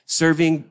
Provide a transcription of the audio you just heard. serving